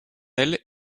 elles